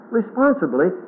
responsibly